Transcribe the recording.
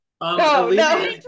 No